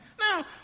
Now